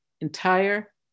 entire